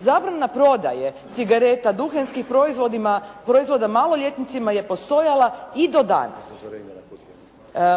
zabrana prodaje cigareta, duhanskih proizvoda maloljetnicima je postojala i do danas,